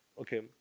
Okay